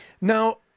Now